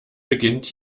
beginnt